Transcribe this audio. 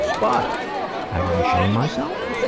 but i didn't shame myself.